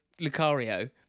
Lucario